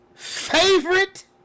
favorite